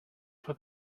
for